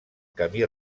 camí